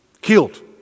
Killed